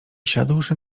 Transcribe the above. siadłszy